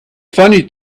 funny